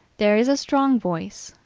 there is a strong voice,